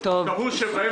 אני מקווה שלפני